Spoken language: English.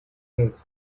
age